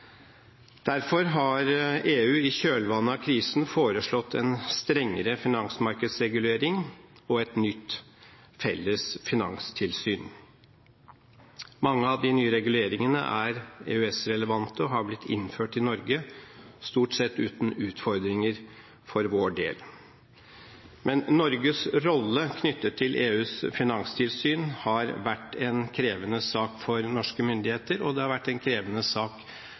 Derfor har EU i kjølvannet av krisen foreslått en strengere finansmarkedsregulering og et nytt felles finanstilsyn. Mange av de nye reguleringene er EØS-relevante og har blitt innført i Norge, stort sett uten utfordringer for vår del. Men Norges rolle knyttet til EUs finanstilsyn har vært en krevende sak for norske myndigheter, og det har vært en krevende sak